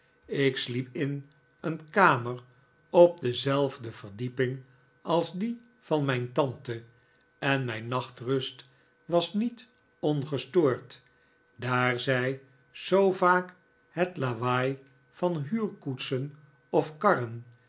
ik sliep in een het geheim van m i j n tante kamer op dezelfde verdieping als die van mijn tante en mijn nachtrust was niet ongestoord daar zij zoo vaak het lawaai van huurkoetsen of karren